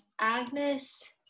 Agnes